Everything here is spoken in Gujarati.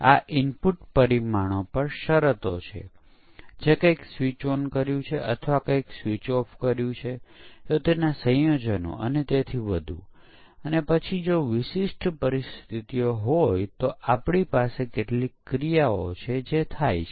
આપણે બધી 4 તકનીકીઓ લાગુ કર્યા પછી નવી ભૂલો રજૂ કરવામાં આવી નથી એમ માનીને એ શોધીએ કે અંતમાં કેટલી ભૂલો ટકી શકશે